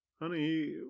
Honey